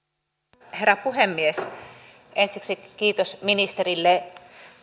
arvoisa herra puhemies ensiksi kiitos ministerille